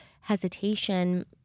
hesitation